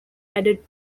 added